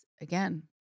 again